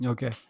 Okay